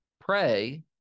pray